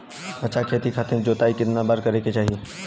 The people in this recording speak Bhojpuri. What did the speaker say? अच्छा खेती खातिर जोताई कितना बार करे के चाही?